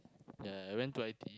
ya I went to I_T_E